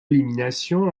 élimination